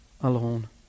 alone